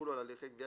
יחולו על הליכי גבייה